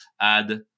add